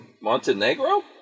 Montenegro